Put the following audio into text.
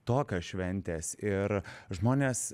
tokios šventės ir žmonės